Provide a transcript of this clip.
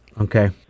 Okay